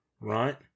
right